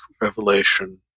revelation